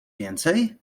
więcej